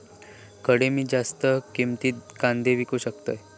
खडे मी जास्त किमतीत कांदे विकू शकतय?